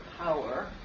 power